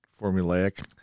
Formulaic